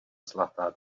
zlatá